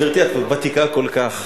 גברתי, את ותיקה כל כך.